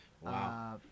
Wow